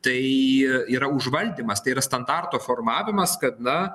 tai yra užvaldymas tai yra standarto formavimas kada